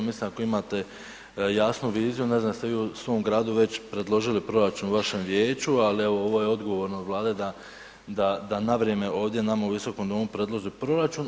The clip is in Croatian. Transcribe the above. Mislim ako imate jasnu viziju, ne znam jeste li vi u svom gradu već predložili proračun vašem vijeću, ali evo je odgovorno od Vlade da na vrijeme ovdje nama u Visokom domu predloži proračun.